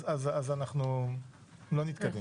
אז אנחנו לא נתקדם.